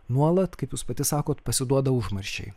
nuolat kaip jūs pati sakot pasiduoda užmarščiai